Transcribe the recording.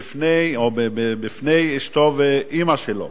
בפני אשתו ואמא שלו